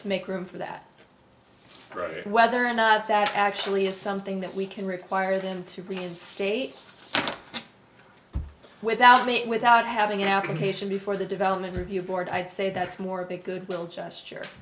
to make room for that whether or not that actually is something that we can require them to reinstate without me without having application before the development review board i'd say that's more of a goodwill gesture